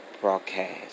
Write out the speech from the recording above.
broadcast